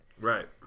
Right